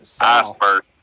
iceberg